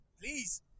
Please